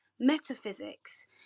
metaphysics